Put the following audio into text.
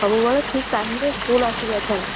ସବୁବେଳେ ଠିକ୍ ଟାଇମ୍ରେ ସ୍କୁଲ ଆସିବ ଏଥର